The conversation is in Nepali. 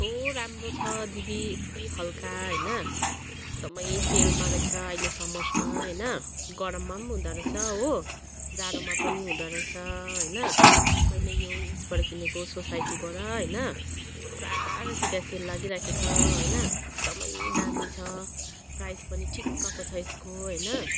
कस्तो राम्रो छ दिदी यत्ति हलका होइन एकदमै सेलमा रहेछ अहिले समरमा होइन गरममा पनि हुँदो रहेछ हो जाडोमा पनि हुँदो रहेछ होइन मैले यो ऊ यसबाट किनेको सोसाइटीबाट होइन पुरा रहेछ त्यहाँ सेल लागिराखेको छ होइन एकदमै दामी छ प्राइज पनि ठिक्कको छ यसको होइन